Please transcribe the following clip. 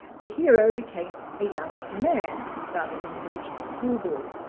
the hero became a young man rather than the original schoolboy,